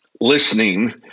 listening